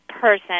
person